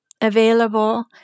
available